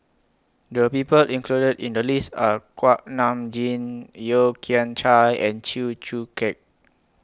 The People included in The list Are Kuak Nam Jin Yeo Kian Chai and Chew Choo Keng